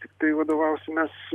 tiktai vadovausimės